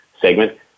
segment